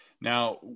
now